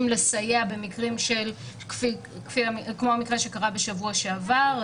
לסייע במקרים כמו המקרה שקרה בשבוע שעבר,